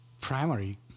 primary